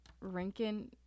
Rankin